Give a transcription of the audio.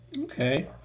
Okay